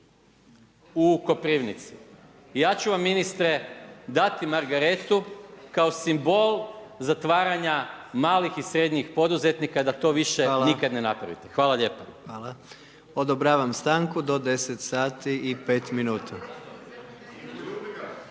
u Koprivnice. Ja ću vam ministre dati margaretu, kao simbol zatvaranja malih i srednjih poduzetnika da to više nikada ne napravite. Hvala lijepo. **Jandroković, Gordan